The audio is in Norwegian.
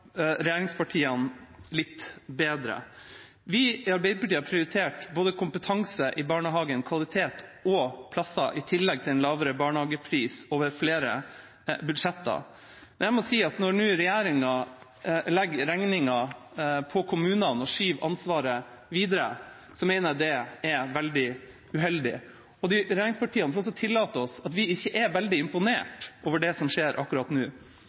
regjeringspartiene litt bedre. Vi i Arbeiderpartiet har prioritert både kompetanse i barnehagen, kvalitet og plasser i tillegg til en lavere barnehagepris over flere budsjetter. Når regjeringa nå legger regningen over på kommunene og skyver ansvaret videre, mener jeg det er veldig uheldig. Regjeringspartiene får også tillate oss å ikke være veldig imponert over det som skjer akkurat nå.